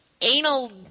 anal